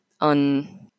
on